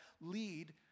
lead